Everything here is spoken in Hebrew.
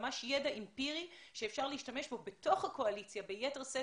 ממש ידע אמפירי שאפשר להשתמש בו בתוך הקואליציה ביתר שאת